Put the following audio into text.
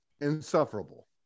Insufferable